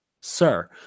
sir